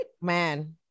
man